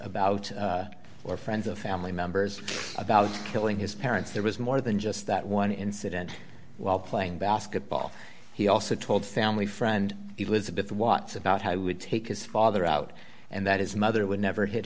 about or friends of family members about killing his parents there was more than just that one incident while playing basketball he also told family friend he was a bit wots about how he would take his father out and that his mother would never hit